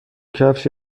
کفش